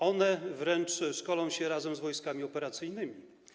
One wręcz szkolą się razem z wojskami operacyjnymi.